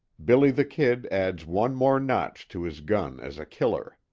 billy the kid adds one more notch to his gun as a killer.